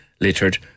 littered